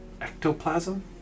Ectoplasm